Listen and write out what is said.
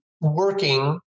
working